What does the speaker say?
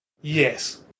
Yes